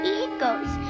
eagles